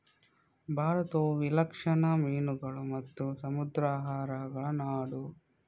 ಭಾರತವು ವಿಲಕ್ಷಣ ಮೀನುಗಳು ಮತ್ತು ಸಮುದ್ರಾಹಾರಗಳ ನಾಡು